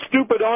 stupid